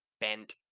bent